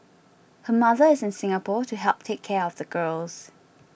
her mother is in Singapore to help take care of the girls